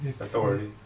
authority